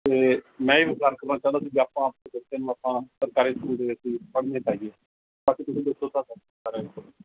ਅਤੇ ਮੈਂ ਇਹ ਵਿਚਾਰ ਕਰਨਾ ਚਾਹੁੰਦਾ ਸੀ ਵੀ ਜੇ ਆਪਾਂ ਆਪਣੇ ਬੱਚਿਆਂ ਨੂੰ ਆਪਾਂ ਸਰਕਾਰੀ ਸਕੂਲ ਦੇ ਵਿੱਚ ਹੀ ਪੜ੍ਹਨ ਪਾਈਏ ਬਾਕੀ ਤੁਸੀਂ ਦੱਸੋ ਤੁਹਾਡਾ ਕੀ